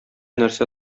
нәрсә